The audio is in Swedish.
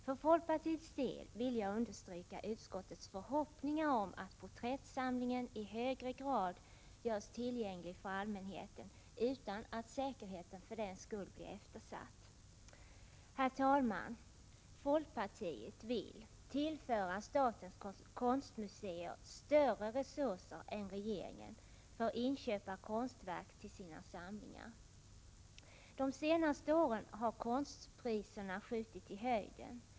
För folkpartiets del vill jag understryka utskottets förhoppningar om att porträttsamlingen i högre grad görs tillgänglig för allmänheten utan att säkerheten för den skull blir eftersatt. Herr talman! Folkpartiet vill tillföra statens konstmuseer större resurser än regeringen vill för inköp av konstverk till sina samlingar. De senaste åren har konstpriserna skjutit i höjden.